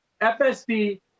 FSD